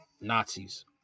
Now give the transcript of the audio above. Nazis